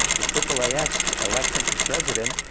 the aaas election for president,